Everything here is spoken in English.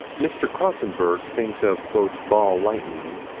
mr. crotsenburg thinks of ball lightning,